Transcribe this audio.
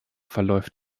verläuft